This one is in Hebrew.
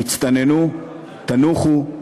תצטננו, תנוחו,